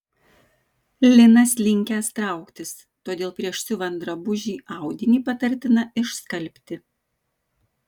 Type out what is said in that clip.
linas linkęs trauktis todėl prieš siuvant drabužį audinį patartina išskalbti